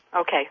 Okay